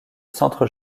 centre